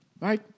Right